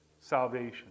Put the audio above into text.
salvation